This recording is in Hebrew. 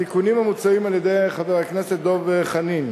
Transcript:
התיקונים המוצעים על-ידי חבר הכנסת דב חנין: